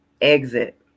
exit